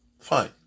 Fine